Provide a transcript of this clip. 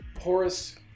Horace